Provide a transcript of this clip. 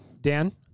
Dan